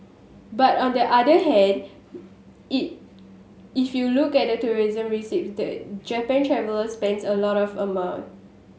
but on the other hand if if you look at tourism receipt the Japan traveller spends a lot of amount